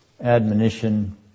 admonition